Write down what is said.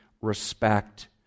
respect